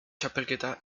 txapelketa